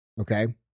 okay